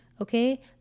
okay